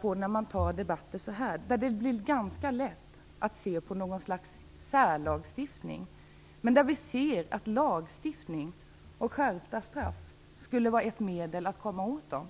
I sådana här debatter blir det ganska lätt att se på någon slags särlagstiftning. Vi ser lätt på lagstiftning och skärpta straff som ett medel att komma åt dessa